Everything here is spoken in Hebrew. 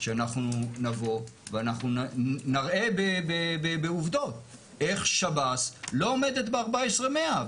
שאנחנו נבוא ונראה בעובדות איך שב"ס לא עומדת ב-14,100.